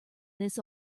this